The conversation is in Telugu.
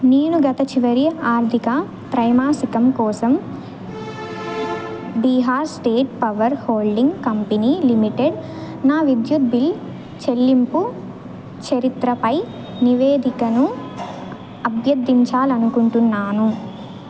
నేను గత చివరి ఆర్థిక త్రైమాసికం కోసం Bihar state power holding company limited నా విద్యుత్ బిల్లు చెల్లింపు చరిత్రపై నివేదికను అభ్యర్ధించాలి అనుకుంటున్నాను